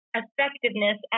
effectiveness